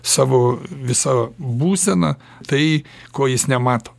savo visa būsena tai ko jis nemato